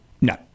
No